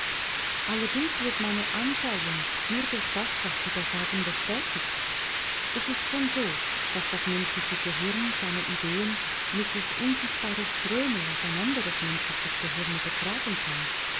allerdings wird meine anschauung nur durch das was sie da sagen bestätigt es ist schon so daß das menschliche gehirn seine ideen mittels unsichtbarer ströme auf ein anderes menschliches gehirn übertragen kann